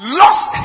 lost